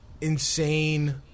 insane